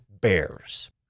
Bears